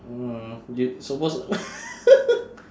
mm you supposed to